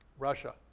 russia,